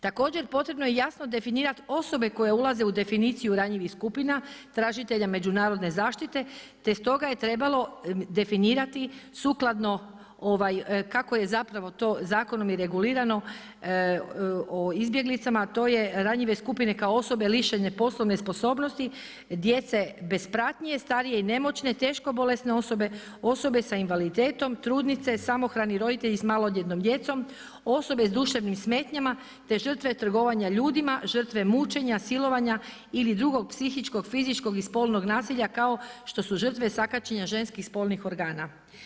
Također, potrebno je jasno definirati osobe koje ulaze u definiciju ranjivih skupina tražitelja međunarodne zaštite, te stoga je trebalo definirati sukladno kako je zapravo to zakonom i regulirano o izbjeglicama, a to je ranjive skupine kao osobe lišene poslovne sposobnosti, djece bez pratnje, starije i nemoćne, teško bolesne osobe, osobe sa invaliditetom, trudnice, samohrani roditelji s maloljetnom djecom, osobe s duševnim smetnjama, te žrtve trgovanja ljudima, žrtve mučenja, silovanja ili drugog psihičkog, fizičkog i spolnog nasilja kao što su žrtve sakaćenja ženskih spolnih organa.